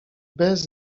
bez